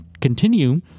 continue